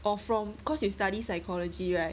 or from cause you study psychology right